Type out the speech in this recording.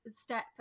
step